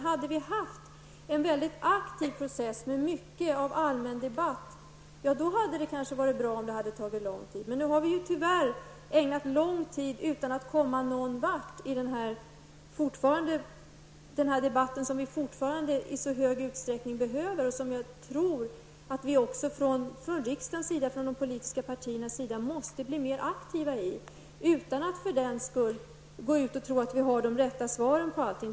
Hade vi haft en aktiv process med mycket av allmän debatt, då kanske det hade varit bra att det har tagit lång tid. Nu har vi tyvärr ägnat lång tid åt detta utan att komma någon vart i den här debatten, som vi fortfarande i så hög grad behöver och som jag tror att vi från riksdagens sida, från de politiska partiernas sida, måste bli mer aktiva i, utan att för den skull tro att vi alltid skall ha de rätta svaren.